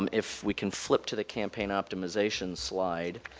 um if we can flip to the campaign optimization slide,